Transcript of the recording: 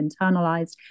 internalized